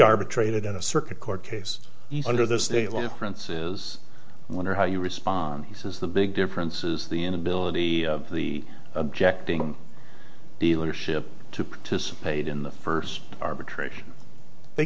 arbitrated in a circuit court case you under there's a lot of prints is when or how you respond he says the big difference is the inability of the objecting dealership to participate in the first arbitration they